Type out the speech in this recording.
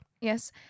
Yes